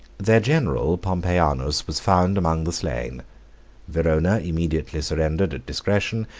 their general, pompeianus, was found among the slain verona immediately surrendered at discretion,